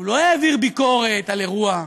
הוא לא העביר ביקורת על אירוע,